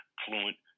fluent